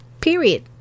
Period